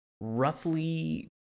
roughly